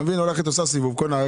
היא הולכת, עושה סיבוב, קונה.